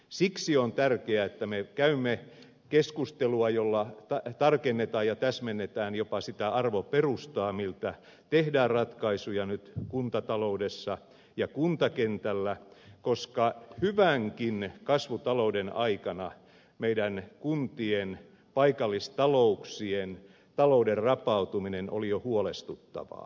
siksi on tärkeää että me käymme keskustelua jolla tarkennetaan ja täsmennetään jopa sitä arvoperustaa miltä tehdään ratkaisuja nyt kuntataloudessa ja kuntakentällä koska hyvänkin kasvutalouden aikana meillä kuntien paikallistalouksien talouden rapautuminen oli jo huolestuttavaa